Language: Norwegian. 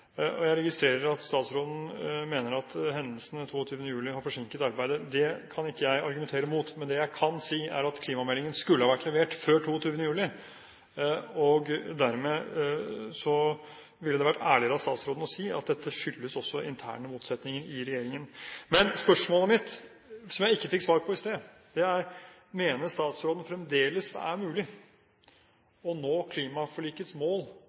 klimaforliket. Jeg registrerer at statsråden mener at hendelsene 22. juli har forsinket arbeidet. Det kan ikke jeg argumentere mot, men det jeg kan si, er at klimameldingen skulle ha vært levert før 22. juli. Dermed ville det vært ærligere av statsråden å si at dette også skyldes interne motsetninger i regjeringen. Men spørsmålet mitt, som jeg ikke fikk svar på i sted, er: Mener statsråden fremdeles det er mulig å nå klimaforlikets mål